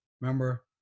Remember